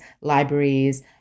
libraries